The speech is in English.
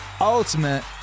ultimate